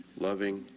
loving,